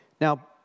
Now